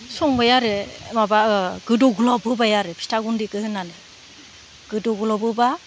संबाय आरो माबा गोदौग्लब होबाय आरो फिथा गुन्दैखौ होनानै गोदौग्लबोबा